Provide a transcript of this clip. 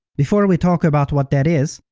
before we talk about what that is,